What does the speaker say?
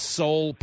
soul